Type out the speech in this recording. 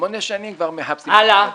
שמונה שנים כבר מחפשים בתל אביב.